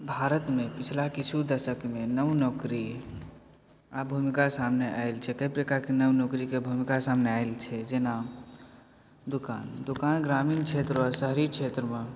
भारतमे पिछला किछु दशकमे नव नौकरी आ भूमिका सामने आयल छै कए प्रकारके नव नौकरीके भूमिका सामने आयल छै जेना दोकान दोकान ग्रामीण क्षेत्र आओर शहरी क्षेत्रमे